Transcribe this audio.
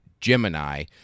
Gemini